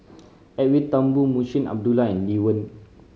Edwin Thumboo Munshi Abdullah and Lee Wen